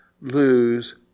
lose